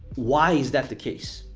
why is that the case?